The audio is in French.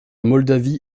moldavie